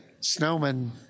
Snowman